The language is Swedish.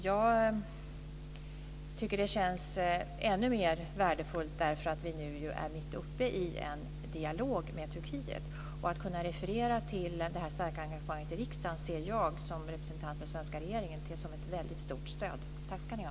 Jag tycker att det känns ännu mer värdefullt eftersom vi ju nu är mitt uppe i en dialog med Turkiet. Att kunna referera till det här starka engagemanget i riksdagen ser jag som representant för den svenska regeringen som ett väldigt stort stöd. Tack ska ni ha!